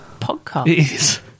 podcast